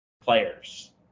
players